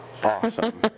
Awesome